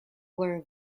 were